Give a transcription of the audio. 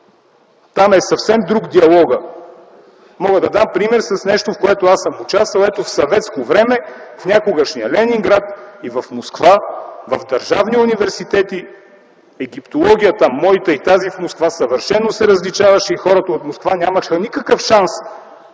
Там е съвсем друг диалогът. Мога да дам пример с нещо, в което аз съм участвал. Ето, в съветско време, в някогашния Ленинград и в Москва, в държавни университети египтологията – моята и тази в Москва, съвършено се различаваше. Хората от Москва нямаха никакъв шанс